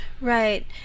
right